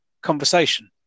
conversation